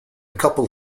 couple